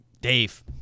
Dave